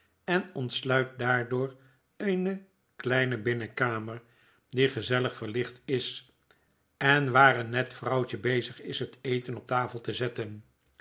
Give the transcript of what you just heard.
en ontsluit daardoor eene kleine binnenkamer die gezellig verlicht is en waar een net vrouwtje bezig is het eten op tafel te zetten